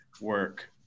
work